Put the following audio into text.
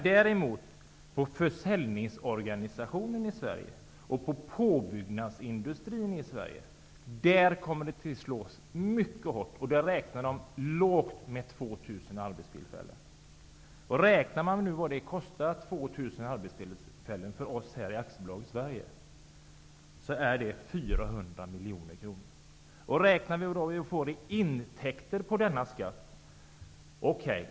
Däremot påverkas försäljningsorganisationen i Sverige och påbyggnadsindustrin i Sverige. Där kommer den minskade försäljningen att slå mycket hårt. Man räknar, lågt, med 2 000 arbetstillfällen. För oss i AB Sverige betyder 2 000 arbetstillfällen 400 miljoner kronor. Mot det skall ställas de intäkter vi kan få på denna skatt.